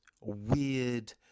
weird